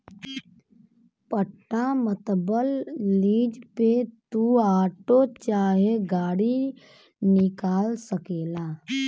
पट्टा मतबल लीज पे तू आटो चाहे गाड़ी निकाल सकेला